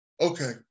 Okay